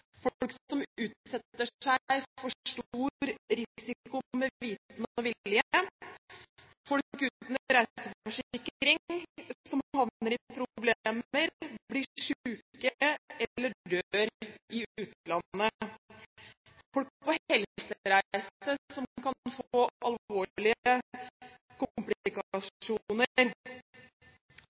folk som utsetter seg for stor risiko med vitende og vilje, folk uten reiseforsikring som havner i problemer, blir syke eller dør i utlandet. Det kan være folk på helsereise, som kan få alvorlige